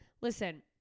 Listen